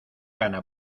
gana